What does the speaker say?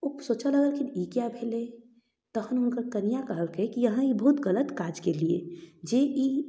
ओ सोचऽ लगलखिन ई किएक भेलै तहन हुनकर कनिआ कहलकै कि अहाँ ई बहुत गलत काज कयलियै जे ई